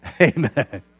Amen